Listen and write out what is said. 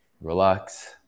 Relax